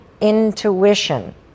intuition